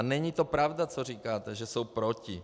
A není to pravda, co říkáte, že jsou proti.